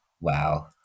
wow